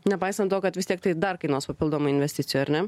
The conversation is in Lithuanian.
nepaisant to kad vis tiek tai dar kainuos papildomai investicijų ar ne